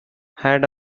had